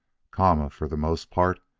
kama, for the most part,